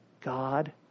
God